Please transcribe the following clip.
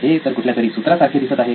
हे तर कुठल्यातरी सूत्रासारखे दिसत आहे